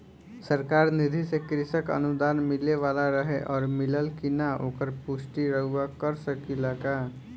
सरकार निधि से कृषक अनुदान मिले वाला रहे और मिलल कि ना ओकर पुष्टि रउवा कर सकी ला का?